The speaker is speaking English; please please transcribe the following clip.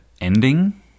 ending